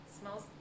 smells